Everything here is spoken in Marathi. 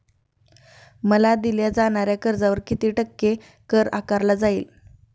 मला दिल्या जाणाऱ्या कर्जावर किती टक्के कर आकारला जाईल?